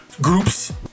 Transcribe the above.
groups